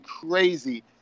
crazy